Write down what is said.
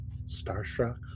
starstruck